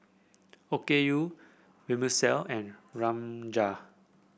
Okayu Vermicelli and